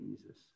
Jesus